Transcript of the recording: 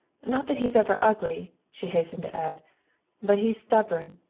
not that he's ever ugly, she hastened to add but he's stubborn.